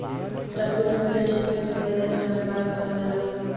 target उ बाज़ार क्षेत्र के कहल जाला जहां व्यापार बढ़ावल जाला